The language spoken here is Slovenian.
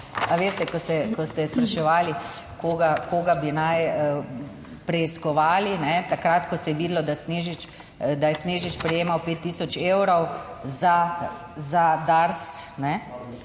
Ali veste, ko ste spraševali koga bi naj preiskovali takrat, ko se je videlo, da je Snežič prejemal 5000 evrov za DARS.